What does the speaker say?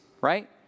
right